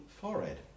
forehead